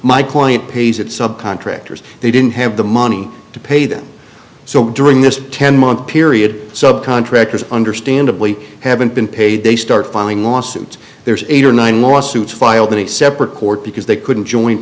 my client pays it subcontractors they didn't have the money to pay them so during this ten month period sub contractors understandably haven't been paid they start filing lawsuits there's eight or nine lawsuits filed in a separate court because they couldn't join